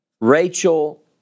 Rachel